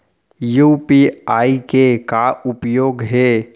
UPI के का उपयोग हे?